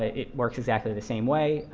ah it works exactly the same way.